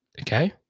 Okay